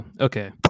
okay